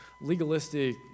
legalistic